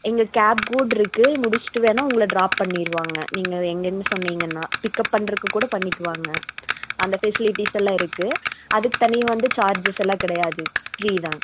எங்கள் கேப் கூடிருக்கு முடிச்சுட்டு வேணால் உங்களை ட்ராப் பண்ணிடுவாங்க நீங்கள் எங்கேன்னு சொன்னீங்கன்னால் பிக்அப் பண்ணுறக்கு கூட பண்ணிக்குவாங்க அந்த ஃபெசிலிட்டிஸ் எல்லாம் இருக்குது அதுக்கு தனி வந்து சார்ஜஸ் எல்லாம் கிடையாது ஃப்ரீ தான்